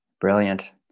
Brilliant